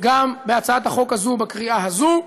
גם בהצעת החוק הזאת בקריאה הזאת.